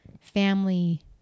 family